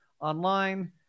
online